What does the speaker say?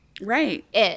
Right